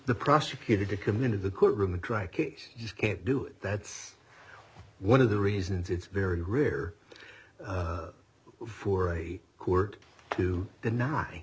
the prosecutor to commit in the court room and try case you can't do it that's one of the reasons it's very rare for a court to deny